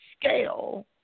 scale